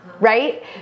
Right